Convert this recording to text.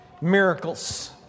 miracles